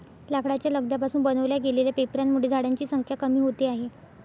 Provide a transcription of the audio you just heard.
लाकडाच्या लगद्या पासून बनवल्या गेलेल्या पेपरांमुळे झाडांची संख्या कमी होते आहे